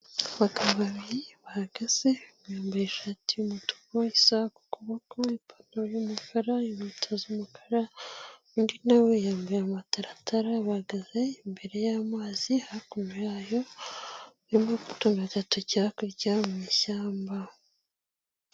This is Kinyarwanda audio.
Abagabo babiri bahagaze bambaye ishati yumutuku, isaaha ku kuboko, ipantaro y'umukara, inkweto z'umukara, undi nawe yambaye amataratara bahagaze imbere y'amazi hakuno yayo urimo gutunga agatoki hakurya mu ishyamba.